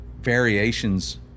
variations